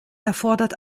erfordert